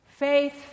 Faith